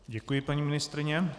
Děkuji, paní ministryně.